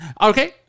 Okay